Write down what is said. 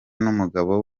n’umugabo